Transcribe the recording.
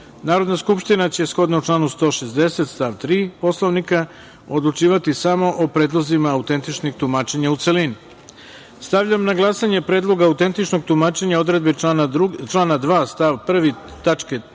Narodna skupština će, shodno članu 160. stav 3. Poslovnika, odlučivati samo o predlozima autentičnih tumačenja u celini. Stavljam na glasanje Predlog autentičnog tumačenja odredbe člana 2. stav 1.